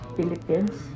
Philippines